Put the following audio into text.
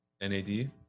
NAD